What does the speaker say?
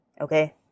okay